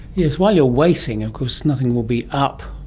yes, while you're waiting of course nothing will be up,